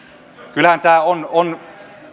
kyllähän tämä on on